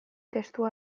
testua